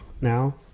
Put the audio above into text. now